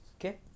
Okay